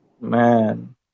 man